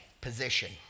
position